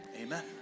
Amen